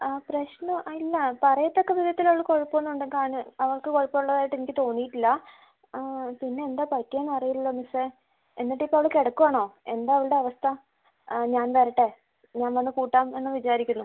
ആ പ്രശ്നം ആ ഇല്ല പറയത്തക്ക വിധത്തിൽ ഉള്ള കുഴപ്പം ഒന്നും ഉള്ളത് ആണ് അവക്ക് കുഴപ്പമുള്ളത് ആയിട്ട് എനിക്ക് തോന്നീട്ട് ഇല്ല പിന്നെ എന്താ പറ്റിയേന്ന് അറിയില്ല മിസ്സേ എന്നിട്ട് ഇപ്പോൾ അവൾ കിടക്കുവാണോ എന്താ അവളുടെ അവസ്ഥ ഞാൻ വരട്ടെ ഞാൻ വന്ന് കൂട്ടാം എന്ന് വിചാരിക്കുന്നു